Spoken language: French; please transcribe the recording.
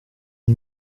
une